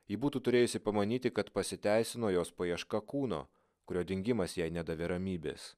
ji būtų turėjusi pamanyti kad pasiteisino jos paieška kūno kurio dingimas jai nedavė ramybės